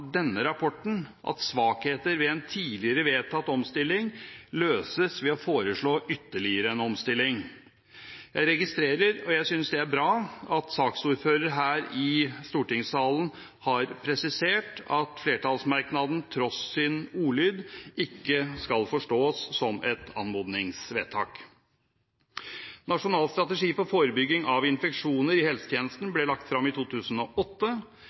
denne rapporten at svakheter ved en tidligere vedtatt omstilling løses ved å foreslå ytterligere en omstilling. Jeg registrerer – og jeg synes det er bra – at saksordføreren her i stortingssalen har presisert at flertallsmerknaden tross sin ordlyd ikke skal forstås som et anmodningsvedtak. Nasjonal strategi for forebygging av infeksjoner i helsetjenesten ble lagt fram i 2008.